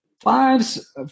Fives